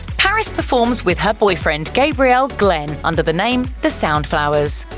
paris performs with her boyfriend, gabriel glenn, under the name the soundflowers.